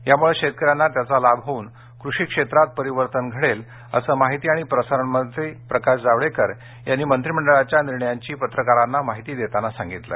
यामुळे शेतकऱ्यांना त्याचा फायदा होऊन कृषी क्षेत्रात परिवर्तन घडेल असं माहिती आणि प्रसारण मंत्री प्रकाश जावडेकर यांनी मंत्रिमंडळाच्या निर्णयांची पत्रकारांना माहिती देताना सांगितलं